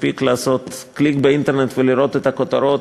מספיק רק לעשות קליק באינטרנט ולראות את הכותרות